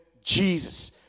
Jesus